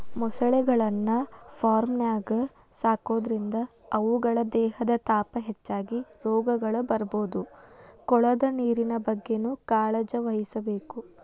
ಮೊಸಳೆಗಳನ್ನ ಫಾರ್ಮ್ನ್ಯಾಗ ಸಾಕೋದ್ರಿಂದ ಅವುಗಳ ದೇಹದ ತಾಪ ಹೆಚ್ಚಾಗಿ ರೋಗಗಳು ಬರ್ಬೋದು ಕೊಳದ ನೇರಿನ ಬಗ್ಗೆನೂ ಕಾಳಜಿವಹಿಸಬೇಕು